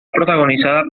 protagonizada